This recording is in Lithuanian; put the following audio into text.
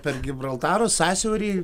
per gibraltaro sąsiaurį